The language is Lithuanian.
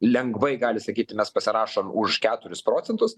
lengvai gali sakyti mes pasirašom už keturis procentus